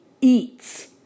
eats